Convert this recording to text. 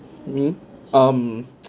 me um